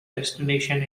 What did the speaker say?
destination